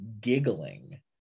giggling